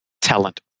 talent